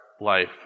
life